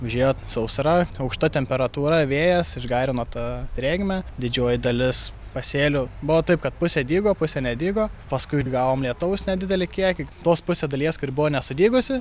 užėjo sausra aukšta temperatūra vėjas išgarino tą drėgmę didžioji dalis pasėlių buvo taip kad pusė dygo pusė nedygo paskui gavom lietaus nedidelį kiekį tos pusę dalies kur buvo nesudygusi